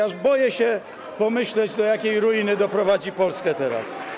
Aż boję się pomyśleć, do jakiej ruiny doprowadzi Polskę teraz.